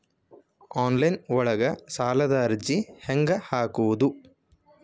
Online ಒಳಗ ಸಾಲದ ಅರ್ಜಿ ಹೆಂಗ್ ಹಾಕುವುದು?